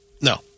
No